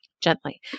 gently